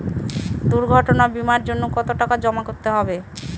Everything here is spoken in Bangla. দুর্ঘটনা বিমার জন্য কত টাকা জমা করতে হবে?